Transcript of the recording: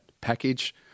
package